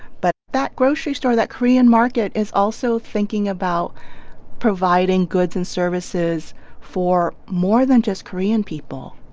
but that grocery store, that korean market, is also thinking about providing goods and services for more than just korean people.